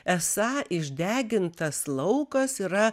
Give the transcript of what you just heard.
esą išdegintas laukas yra